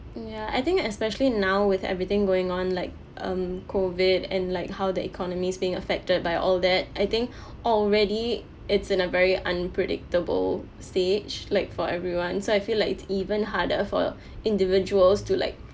ya I think especially now with everything going on like um COVID and like how the economy's being affected by all that I think already it's in a very unpredictable stage like for everyone so I feel like it's even harder for individuals to like